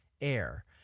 air